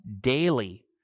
daily